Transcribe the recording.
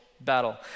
battle